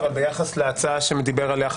אבל אנחנו לא היינו מודעים לזה.